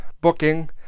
booking